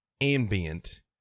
ambient